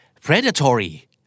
Predatory